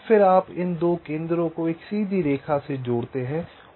फिर आप इन 2 केंद्रों को एक सीधी रेखा से जोड़ते हैं